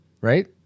right